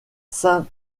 saint